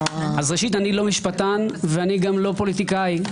ראשית איני משפטן וגם לא פוליטיקאי.